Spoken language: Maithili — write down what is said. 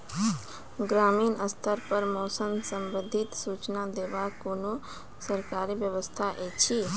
ग्रामीण स्तर पर मौसम संबंधित सूचना देवाक कुनू सरकारी व्यवस्था ऐछि?